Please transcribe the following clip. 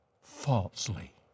falsely